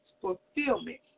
fulfillment